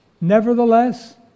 Nevertheless